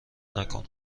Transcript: نکنم